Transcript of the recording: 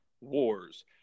wars